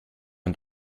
und